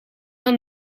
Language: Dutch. naar